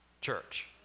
church